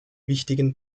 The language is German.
wichtigen